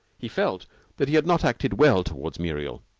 he felt that he had not acted well toward muriel.